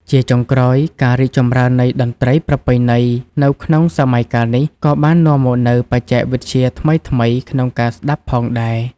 ជាចុងក្រោយ ការរីកចម្រើននៃតន្ត្រីប្រពៃណី នៅក្នុងសម័យកាលនេះ ក៏បាននាំមកនូវបច្ចេកវិទ្យាថ្មីៗក្នុងការស្តាប់ផងដែរ។